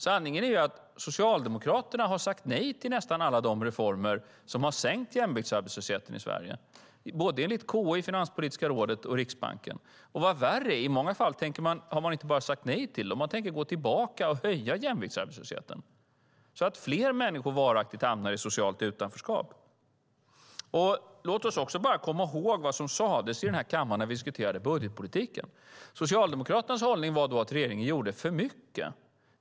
Sanningen är att Socialdemokraterna har sagt nej till nästan alla de reformer som har sänkt jämviktsarbetslösheten i Sverige enligt KI, Finanspolitiska rådet och Riksbanken. Och vad värre är: Man har i många fall inte bara sagt nej till dem, utan man tänker gå tillbaka och höja jämviktsarbetslösheten så att fler människor varaktigt hamnar i socialt utanförskap. Låt oss komma ihåg vad som sades här i kammaren när vi diskuterade budgetpolitiken. Då var det Socialdemokraternas hållning att regeringen gjorde för mycket.